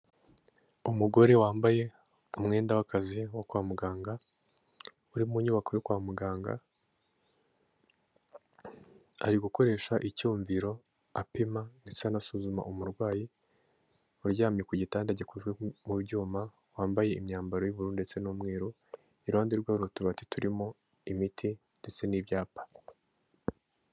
Umugore wambaye umwenda w'akazi wo kwa muganga, uri mu nyubako yo kwa muganga, ari gukoresha icyumviro apima ndetse anasuzuma umurwayi uryamye ku gitanda gikozwe mu byuma, wambaye imyambaro y'ururu ndetse n'umweru, iruhande rwe hari utubati turimo imiti ndetse n'ibyapa.